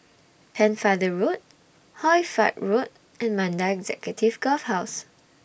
Pennefather Road Hoy Fatt Road and Mandai Executive Golf Course